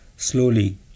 slowly